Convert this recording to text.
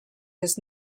does